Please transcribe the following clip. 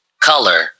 color